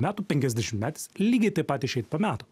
metų penkiasdešimtmetis lygiai taip pat išeit po metų